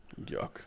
Yuck